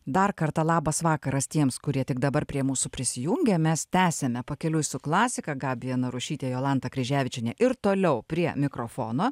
dar kartą labas vakaras tiems kurie tik dabar prie mūsų prisijungia mes tęsiame pakeliui su klasika gabija narušytė jolanta kryževičienė ir toliau prie mikrofono